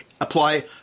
apply